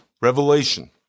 Revelation